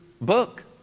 book